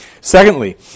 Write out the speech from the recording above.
Secondly